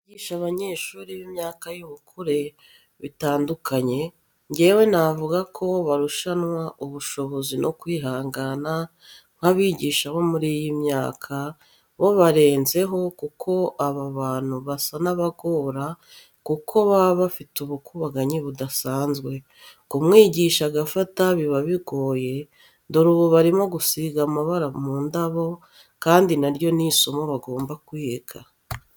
Abarimu bigisha abanyeshuri b'imyaka y'ubukure bitandukanye, njyewe navuga ko barushanwa ubushobozi no kwihangana nk'abigisha abo muri iyi myaka bo barenzeho kuko aba bantu basa n'abagore kuko baba bafite ubukubaganyi budasanzwe, kumwigisha agafata biba bigoye dore ubu barimo gusiga amabara mu ndabo kandi na ryo ni isomo bagomba kwiga.